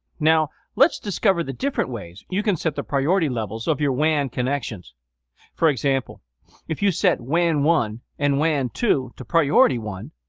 now, let's discover the different ways you can set the priority levels of your wan connections for example if you set wan one and wan two to priority one,